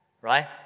Right